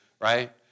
right